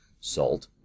Salt